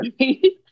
Right